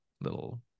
little